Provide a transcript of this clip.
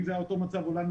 אם זה היה אתו מצב עולם,